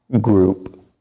group